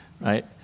right